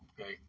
Okay